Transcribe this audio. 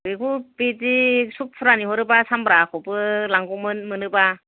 बेखौ बेदि एक्स' फुरानि हरोबा सामब्राखौबो लांगौमोन मोनोबा